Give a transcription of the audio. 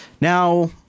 Now